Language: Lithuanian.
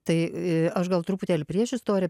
tai aš gal truputėlį priešistorę